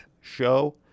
show